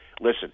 Listen